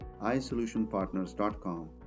Isolutionpartners.com